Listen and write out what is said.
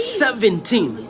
seventeen